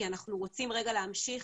כי אנחנו רוצים רגע להמשיך